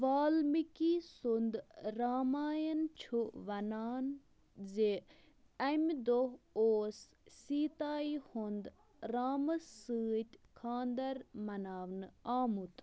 والمِکی سُنٛد راماین چھُ وَنان زِ اَمہِ دۄہ اوس سِیٖتایہ ہُنٛد رامس سۭتۍ خانٛدر مَناونہٕ آمُت